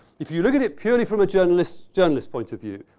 if you look at it purely from a journalist's journalist's point of view,